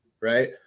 right